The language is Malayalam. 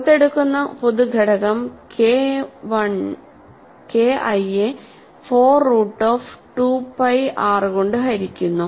പുറത്തെടുക്കുന്ന പൊതു ഘടകം KI യെ 4 റൂട്ട് ഓഫ് 2 പൈ r കൊണ്ട് ഹരിക്കുന്നു